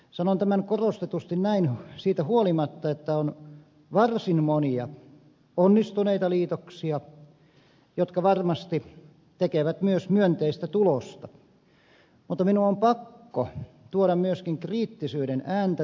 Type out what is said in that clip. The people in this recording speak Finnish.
sanon tämän korostetusti näin siitä huolimatta että on varsin monia onnistuneita liitoksia jotka varmasti tekevät myös myönteistä tulosta mutta minun on pakko tuoda myöskin kriittisyyden ääntä tähän